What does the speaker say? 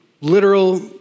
literal